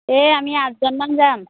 এই আমি আঠজনমান যাম